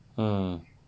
mm